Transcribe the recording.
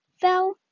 fell